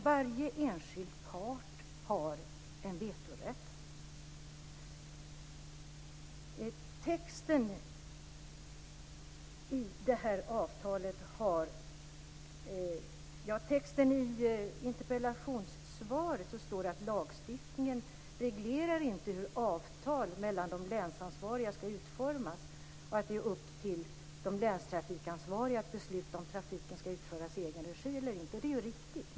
Varje enskild part har en vetorätt. "Lagstiftningen reglerar inte hur avtal mellan de länstrafikansvariga skall utformas. Det är helt upp till de länstrafikansvariga att besluta om trafiken skall utföras i egen regi eller på entreprenad." Det är riktigt.